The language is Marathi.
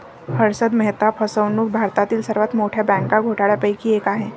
हर्षद मेहता फसवणूक भारतातील सर्वात मोठ्या बँक घोटाळ्यांपैकी एक आहे